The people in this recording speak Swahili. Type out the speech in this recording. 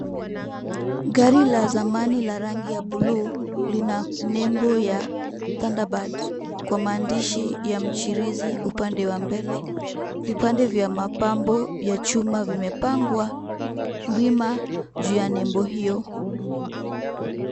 Gari la zamani la rangi ya buluu lina nembo ya Thunderbird kwa maandishi ya mchirizi upande wa mbele. Vipande vya mapambo vya chuma vimepangwa wima juu ya nembo hiyo.